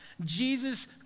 Jesus